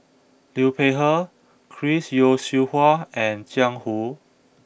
Liu Peihe Chris Yeo Siew Hua and Jiang Hu